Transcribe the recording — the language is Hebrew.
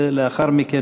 ולאחר מכן,